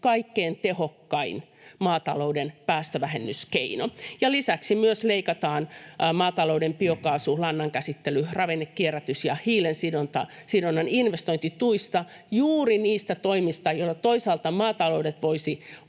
kaikkein tehokkain maatalouden päästövähennyskeino. Lisäksi leikataan myös maatalouden biokaasun, lannan käsittelyn, ravinnekierrätyksen ja hiilensidonnan investointituista eli juuri niistä toimista, joilla toisaalta maataloudet voisivat